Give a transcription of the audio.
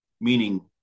meaning